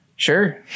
Sure